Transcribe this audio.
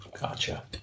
Gotcha